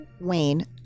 Wayne